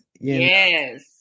Yes